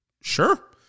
sure